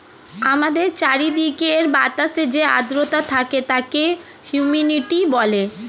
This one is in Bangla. আমাদের চারিদিকের বাতাসে যে আর্দ্রতা থাকে তাকে হিউমিডিটি বলে